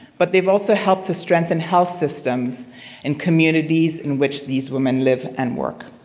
but they've also helped to strengthen health systems in communities in which these women live and work.